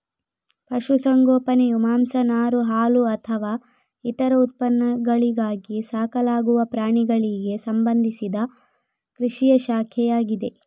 ಪಶು ಸಂಗೋಪನೆಯು ಮಾಂಸ, ನಾರು, ಹಾಲುಅಥವಾ ಇತರ ಉತ್ಪನ್ನಗಳಿಗಾಗಿ ಸಾಕಲಾಗುವ ಪ್ರಾಣಿಗಳಿಗೆ ಸಂಬಂಧಿಸಿದ ಕೃಷಿಯ ಶಾಖೆಯಾಗಿದೆ